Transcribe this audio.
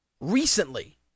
Recently